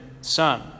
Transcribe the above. Son